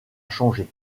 changer